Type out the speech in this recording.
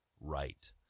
right